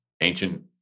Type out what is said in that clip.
ancient